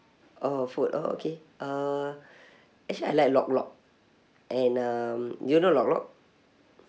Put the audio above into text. oh food oh okay uh actually I like lok lok and um do you know lok lok